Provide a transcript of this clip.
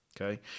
okay